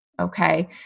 Okay